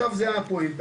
זו הייתה הפואנטה,